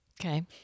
Okay